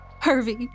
Hervey